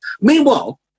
Meanwhile